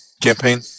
Campaign